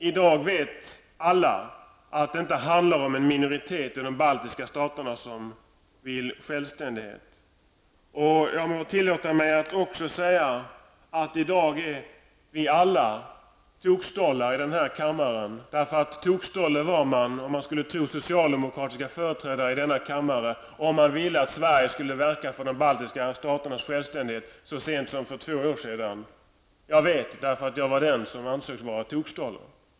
I dag vet alla att det inte handlar om en minoritet i de baltiska staterna som vill ha självständighet. Jag tillåter mig att också säga att i dag är vi alla tokstollar i denna kammare. Tokstolle skulle man vara om man skulle tro på socialdemokratiska företrädare i denna kammare att Sverige ville verka för de baltiska staternas självständighet så sent som för två år sedan. Jag vet, därför att jag var den som ansågs vara tokstolle.